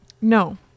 No